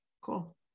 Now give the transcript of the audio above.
cool